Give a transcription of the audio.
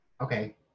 okay